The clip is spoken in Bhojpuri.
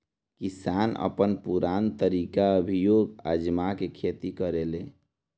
किसान अपन पुरान तरीका अभियो आजमा के खेती करेलें